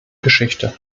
geschichte